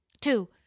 Two